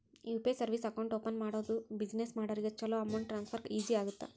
UPI service account open ಮಾಡೋದು business ಮಾಡೋರಿಗ ಚೊಲೋ ಅಮೌಂಟ್ ಟ್ರಾನ್ಸ್ಫರ್ ಈಜಿ ಆಗತ್ತ